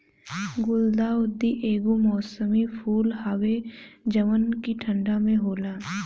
गुलदाउदी एगो मौसमी फूल हवे जवन की ठंडा में होला